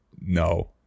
no